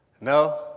No